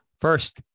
first